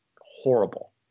horrible